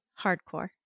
hardcore